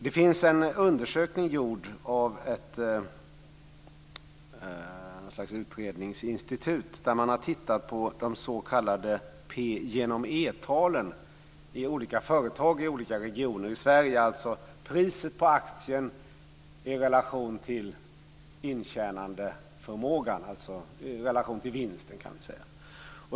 Det finns en undersökning som är gjord av något slags utredningsinstitut där man har tittat på de s.k. p/e-talen i olika företag i olika regioner i Sverige. Det gäller priset på aktien i relation till intjänandeförmågan, dvs. i relation till vinsten.